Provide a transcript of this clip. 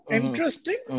interesting